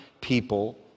people